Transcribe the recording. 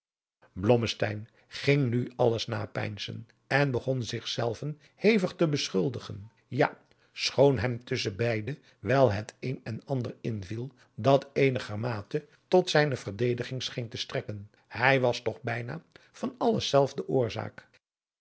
ging nu alles napeinzen en begon zichzelven hevig te beschuldigen ja schoon hem tusschen beide wel het een en ander inviel dat eenigermate tot zijne verdediging scheen te strekken hij was toch bijna van alles zelf de oorzaak